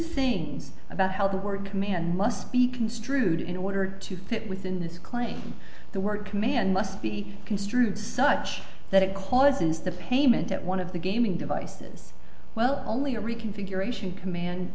things about health the word command must be construed in order to fit within this claim the word command must be construed such that it causes the payment at one of the gaming devices well only a reconfiguration command